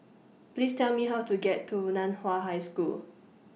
Please Tell Me How to get to NAN Hua High School